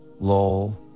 lol